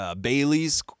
Bailey's